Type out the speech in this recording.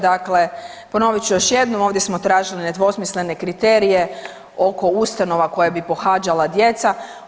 Dakle, ponovit ću još jednom, ovdje smo tražili nedvosmislene kriterije oko ustanova koje bi pohađala djeca.